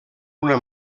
una